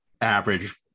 average